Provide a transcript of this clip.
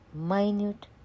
minute